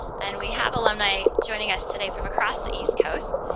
and we have alumni joining us today from across the east coast,